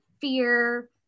fear